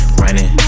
running